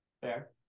fair